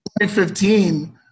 2015